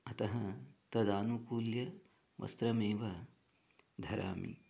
अतः तदानुकूल्य वस्त्रमेव धरामि